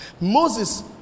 Moses